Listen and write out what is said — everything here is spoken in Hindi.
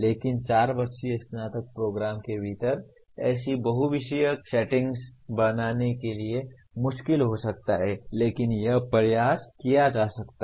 लेकिन 4 वर्षीय स्नातक प्रोग्राम के भीतर ऐसी बहु विषयक सेटिंग्स बनाने के लिए मुश्किल हो सकता है लेकिन यह प्रयास किया जा सकता है